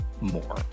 more